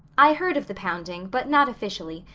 i heard of the pounding, but not officially,